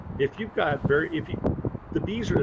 if you've got very if the bees are,